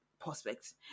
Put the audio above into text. prospects